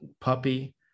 puppy